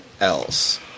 else